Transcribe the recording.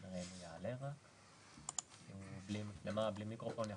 אני מצטער שאני עולה מהשטח הפעם.